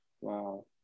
Wow